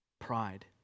Pride